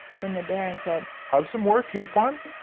when the baron said, have some more capon?